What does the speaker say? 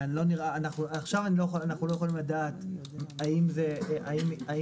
עכשיו אנו לא יכולים לדעת אם הסמכות